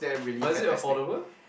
but is it affordable